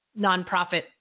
nonprofit